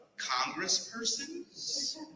Congresspersons